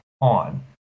on